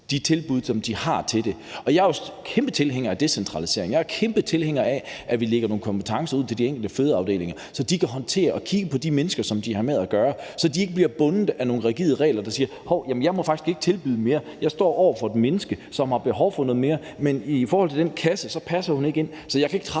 tilpasse deres tilbud. Jeg er jo kæmpe tilhænger af decentralisering, jeg er kæmpe tilhænger af, at vi lægger nogle kompetencer ud til de enkelte fødeafdelinger, så de kan håndtere og kigge på de mennesker, som de har med at gøre, så personalet ikke er bundet af nogle rigide regler og skal sige: Hov, jamen jeg må faktisk ikke tilbyde mere, jeg står over for et menneske, som har behov for noget mere, men i forhold til den kasse passer hun ikke ind, så jeg kan ikke træffe